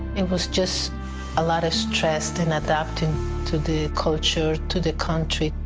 it was just a loot of stress in adapting to the culture, to the country.